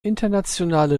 internationale